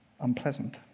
unpleasant